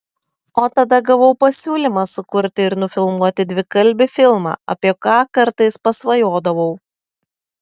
o tada gavau pasiūlymą sukurti ir nufilmuoti dvikalbį filmą apie ką kartais pasvajodavau